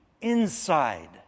inside